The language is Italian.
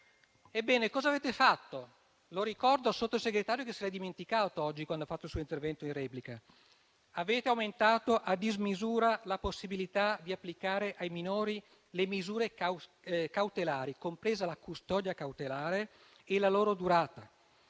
Ebbene, cosa avete fatto? Lo ricordo al Sottosegretario, che oggi se n'è dimenticato, quando ha fatto il suo intervento in replica. Avete aumentato a dismisura la possibilità di applicare ai minori le misure cautelari, compresa la custodia cautelare, e la loro durata;